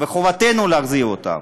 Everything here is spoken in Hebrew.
וחובתנו להחזיר אותם.